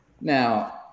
Now